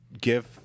give